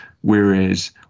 Whereas